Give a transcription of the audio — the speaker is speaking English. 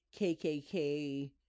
KKK